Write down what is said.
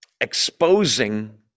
exposing